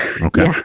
Okay